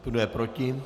Kdo je proti?